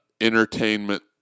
entertainment